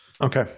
okay